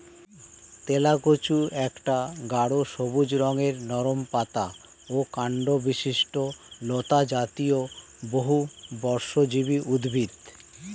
তেলাকুচা একটা গাঢ় সবুজ রঙের নরম পাতা ও কাণ্ডবিশিষ্ট লতাজাতীয় বহুবর্ষজীবী উদ্ভিদ